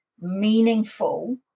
meaningful